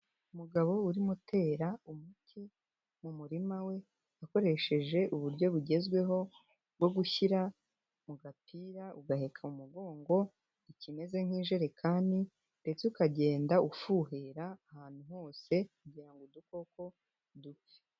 Umugabo urimo utera umuke mu murima we, akoresheje uburyo bugezweho bwo gushyira mu gapira ugaheka mu mugongo ikimeze nk'ijerekani, ndetse ukagenda ufuhira ahantu hose kugira ngo udukoko dupfe.